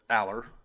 Aller